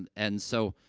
and and so,